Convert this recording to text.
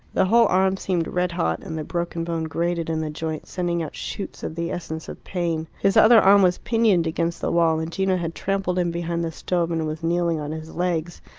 the whole arm seemed red-hot, and the broken bone grated in the joint, sending out shoots of the essence of pain. his other arm was pinioned against the wall, and gino had trampled in behind the stove and was kneeling on his legs.